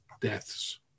deaths